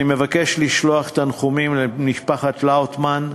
אני מבקש לשלוח תנחומים למשפחת לאוטמן.